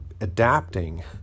adapting